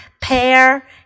pear